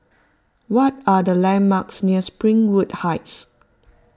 what are the landmarks near Springwood Heights